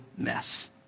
mess